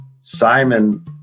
Simon